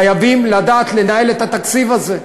חייבים לדעת לנהל את התקציב הזה.